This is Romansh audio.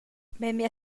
memia